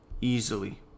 easily